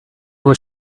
was